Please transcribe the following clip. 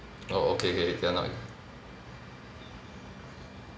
oh okay okay you are not